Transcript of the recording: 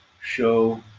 show